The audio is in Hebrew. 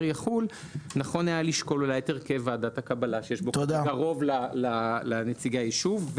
יחול בהם נכון היה לשקול יותר כוועדת הקבלה -- -קרוב לנציגי היישוב,